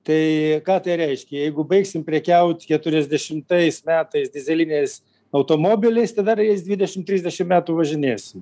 tai ką tai reiškia jeigu baigsim prekiaut keturiasdešimtais metais dyzeliniais automobiliais tai dar jais dvidešim trisdešim metų važinėsim